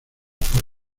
por